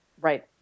Right